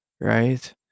Right